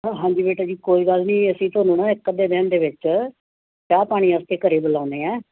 ਉਹ ਹਾਂਜੀ ਬੇਟਾ ਜੀ ਕੋਈ ਗੱਲ ਨਹੀਂ ਅਸੀਂ ਤੁਹਾਨੂੰ ਨਾ ਇੱਕ ਅੱਧੇ ਦਿਨ ਦੇ ਵਿੱਚ ਚਾਹ ਪਾਣੀ ਵਾਸਤੇ ਘਰ ਬੁਲਾਉਂਦੇ ਹਾਂ